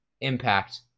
impact